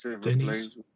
Dennis